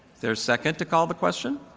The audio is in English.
there a second to call the question?